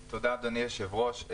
תודה, אדוני היושב ראש.